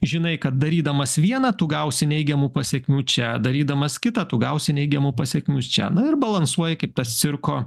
žinai kad darydamas vieną tu gausi neigiamų pasekmių čia darydamas kitą tu gausi neigiamų pasekmių čia na ir balansuoji kaip tas cirko